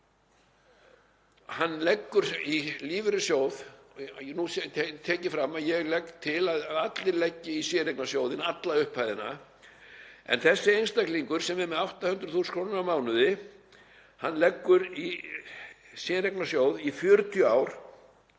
Hann leggur í lífeyrissjóð. Nú tek ég fram að ég legg til að allir leggi í séreignarsjóð alla upphæðina. En þessi einstaklingur sem er með 800.000 kr. á mánuði leggur í séreignarsjóð í 40 ár